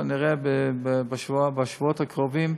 ונראה כבר בשבועות הקרובים,